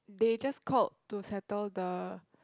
they just called to settle the